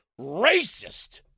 racist